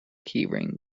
keyring